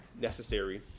necessary